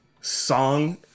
song